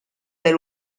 del